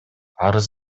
арыз